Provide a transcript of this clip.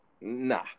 Nah